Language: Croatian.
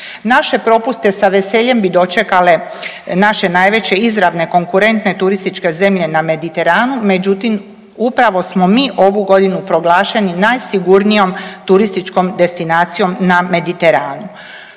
Naše propuste sa veseljem bi dočekale naše najveće izravne konkurentne turističke zemlje na Mediteranu međutim, upravo smo mi ovu godinu proglašeni najsigurnijom turističkom destinacijom na Mediteranu.